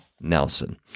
Nelson